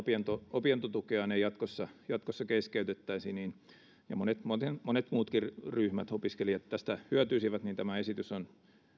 opintotukeaan ei jatkossa jatkossa keskeytettäisi ja monet muutkin ryhmät opiskelijat tästä hyötyisivät on